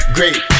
Great